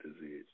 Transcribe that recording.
disease